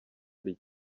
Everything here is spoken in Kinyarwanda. ari